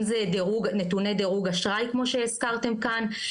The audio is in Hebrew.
אם זה נתוני דירוג אשראי כמו שהזכרתם כאן,